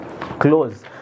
close